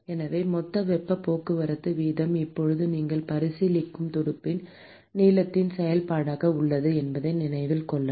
எனவே மொத்த வெப்பப் போக்குவரத்து வீதம் இப்போது நீங்கள் பரிசீலிக்கும் துடுப்பின் நீளத்தின் செயல்பாடாக உள்ளது என்பதை நினைவில் கொள்ளவும்